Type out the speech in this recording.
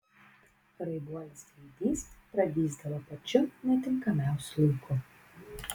raibuolis gaidys pragysdavo pačiu netinkamiausiu laiku